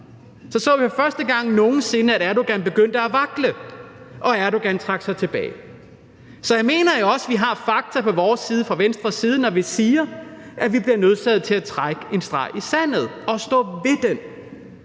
Så så vi for første gang nogen sinde, at Erdogan begyndte at vakle, og at Erdogan trak sig tilbage. Så jeg mener jo også, at vi fra Venstres side har fakta på vores side, når vi siger, at vi bliver nødsaget til at trække en streg i sandet og stå ved den.